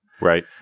Right